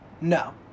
No